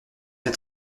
est